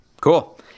cool